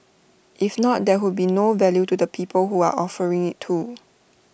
if not there would be no value to the people who are offering IT to